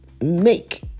make